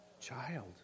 Child